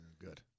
Good